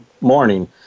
morning